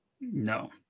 No